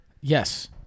Yes